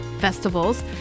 festivals